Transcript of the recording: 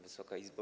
Wysoka Izbo!